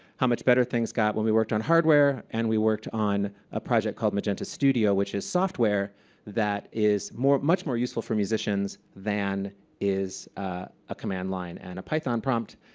how much better things got when we worked on hardware and we worked on a project called magenta studio, which is software that is much more useful for musicians than is a command line and a python prompt,